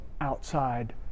outside